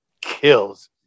kills